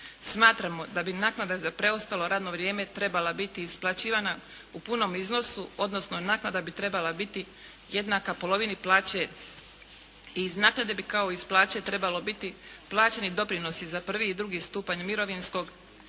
Smatramo da bi naknada za preostalo radno vrijem trebala biti isplaćivana u punom iznosu odnosno naknada bi trebala biti jednaka polovini plaće i iz naknade bi kao iz plaće trebalo biti plaćeni doprinosi za prvi i drugi stupanj mirovinskog